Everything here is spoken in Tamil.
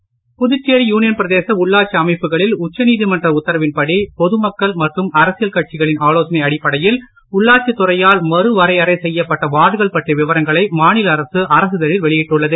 உள்ளாட்சி புதுச்சேரி யூனியன் பிரதேச உள்ளாட்சி அமைப்புகளில் உச்சநீதிமன்ற உத்தரவின் படி பொதுமக்கள் மற்றும் அரசியல் கட்சியின் ஆலோசனை அடிப்படையில் உள்ளாட்சி துறையால் மறுவரையறை செய்யப்பட்ட வார்டுகள் பற்றிய விவரங்களை மாநில அரசு அரசிதழில் வெளியிட்டுள்ளது